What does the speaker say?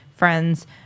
friends